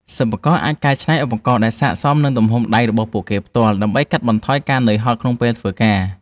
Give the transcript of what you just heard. សិប្បករអាចកែច្នៃឧបករណ៍ដែលស័ក្តិសមនឹងទំហំដៃរបស់ពួកគេផ្ទាល់ដើម្បីកាត់បន្ថយការហត់នឿយក្នុងពេលធ្វើការ។